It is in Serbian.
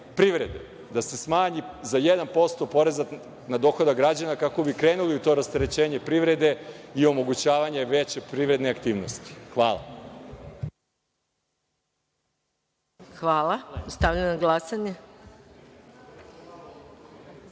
da se smanji za 1% poreza na dohodak građana kako bi krenuli u to rasterećenje privrede i omogućavanje veće privredne aktivnosti. Hvala. **Maja Gojković**